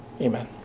Amen